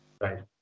Right